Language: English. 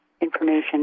information